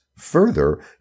Further